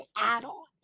add-on